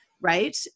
right